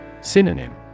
Synonym